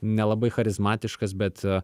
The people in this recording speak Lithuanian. nelabai charizmatiškas bet